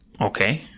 Okay